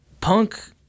Punk